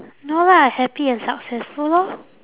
no lah happy and successful lor